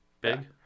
big